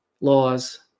laws